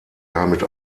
damit